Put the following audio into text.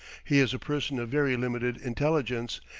he is a person of very limited intelligence,